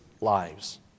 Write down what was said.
lives